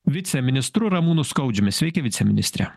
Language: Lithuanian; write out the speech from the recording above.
viceministru ramūnu skaudžiumi sveiki viceministre